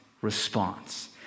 response